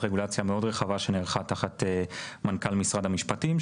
רגולציה מאוד רחבה שנערכה של תחת מנכ"ל משרד המשפטים,